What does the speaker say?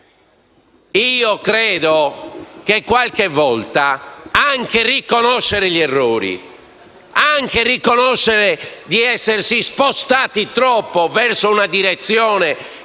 Credo che, qualche volta, riconoscere gli errori e riconoscere di essersi spostati troppo in una direzione